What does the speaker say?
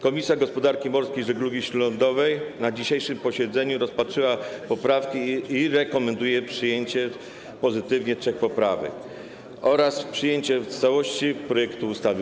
Komisja Gospodarki Morskiej i Żeglugi Śródlądowej na dzisiejszym posiedzeniu rozpatrzyła poprawki i rekomenduje przyjęcie trzech poprawek oraz przyjęcie w całości projektu ustawy.